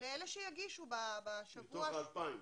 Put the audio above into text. לאלה שיגישו בשבוע --- מתוך 2,000?